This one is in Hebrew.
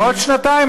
בעוד שנתיים,